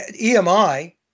EMI